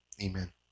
Amen